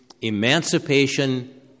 emancipation